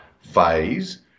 phase